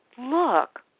look